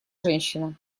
женщина